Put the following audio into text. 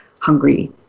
hungry